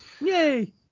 yay